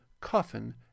Coffin